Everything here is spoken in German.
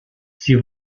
sie